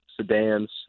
sedans